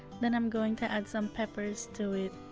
then i'm going to add some peppers to it